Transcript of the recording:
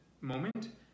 moment